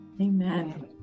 Amen